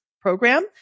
program